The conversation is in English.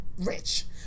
rich